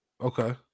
Okay